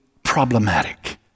Problematic